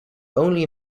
only